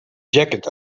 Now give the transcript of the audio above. jacket